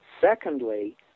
Secondly